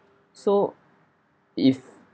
so if